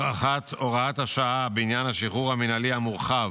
הארכת הוראת השעה בעניין השחרור המינהלי המורחב